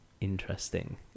interesting